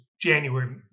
January